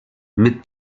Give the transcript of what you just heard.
mit